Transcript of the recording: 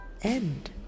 end